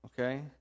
okay